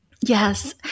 Yes